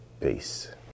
Peace